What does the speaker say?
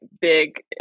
big